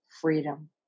freedom